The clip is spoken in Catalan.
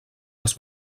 els